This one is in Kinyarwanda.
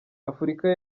afurika